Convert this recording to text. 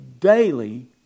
Daily